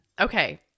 Okay